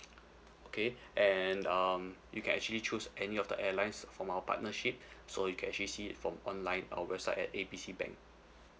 okay and um you can actually choose any of the airlines from our partnership so you can actually see it from online our website at A B C bank